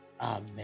Amen